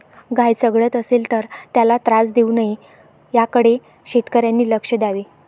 गाय चघळत असेल तर त्याला त्रास देऊ नये याकडे शेतकऱ्यांनी लक्ष द्यावे